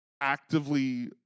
actively